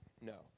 No